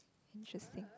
interesting